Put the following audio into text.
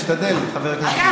תשתדל, חבר הכנסת גילאון.